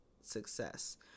success